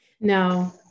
no